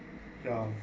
ya